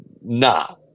Nah